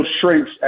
shrinks